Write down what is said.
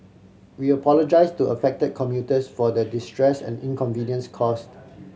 we apologise to affected commuters for the distress and inconvenience caused